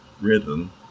rhythm